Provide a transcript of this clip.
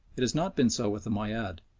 it has not been so with the moayyad.